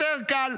יותר קל.